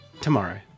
tomorrow